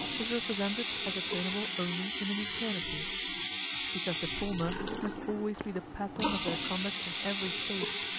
is represented as attainable only in an eternity because the former must always be the pattern of their conduct in every state,